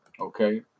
Okay